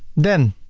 then